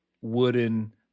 wooden